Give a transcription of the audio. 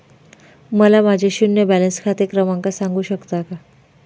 मला माझे शून्य बॅलन्स खाते क्रमांक सांगू शकता का?